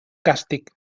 càstig